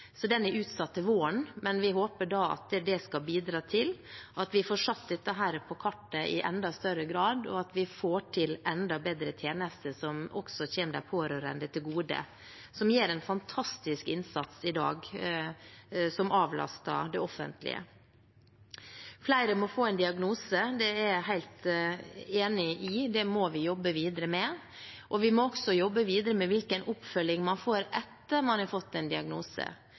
så mye rundt. De pårørende er utslitt, det vet vi, derfor jobber vi nå med en strategi- og handlingsplan. Vi velger nå å slå det sammen, derfor tar det noe lengre tid. Den er utsatt til våren, men vi håper at det skal bidra til at vi får satt dette på kartet i enda større grad, og at vi får til enda bedre tjenester, som også kommer de pårørende til gode, som gjør en fantastisk innsats i dag, og som avlaster det offentlige. Flere må få en diagnose, det er jeg helt enig i, det må